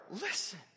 listen